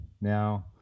now